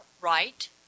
right